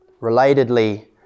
Relatedly